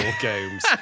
games